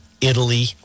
Italy